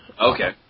Okay